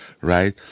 right